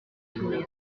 sourire